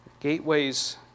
Gateways